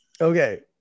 Okay